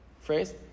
phrase